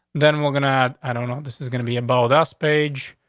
then we're gonna add i don't know. this is gonna be about us, page,